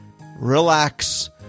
relax